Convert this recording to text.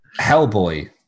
hellboy